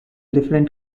different